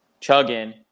chugging